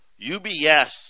UBS